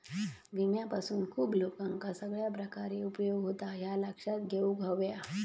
विम्यापासून खूप लोकांका सगळ्या प्रकारे उपयोग होता, ह्या लक्षात घेऊक हव्या